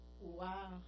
Wow